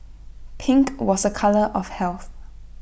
pink was A colour of health